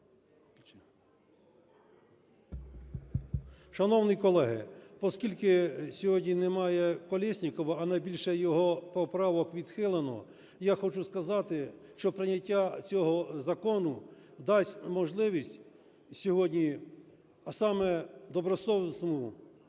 Шановні колеги, оскільки сьогодні немає Колєснікова, а найбільше його поправок відхилено, я хочу сказати, що прийняття цього закону дасть можливість сьогодні, а саме добросовісному